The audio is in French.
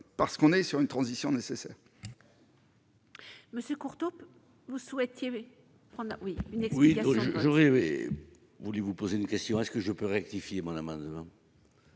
parce qu'on est sur une transition nécessaire. Monsieur Courteau vous souhaitiez prendre la oui. J'aurais voulu vous poser une question : est ce que je peux rectifier mon amendement.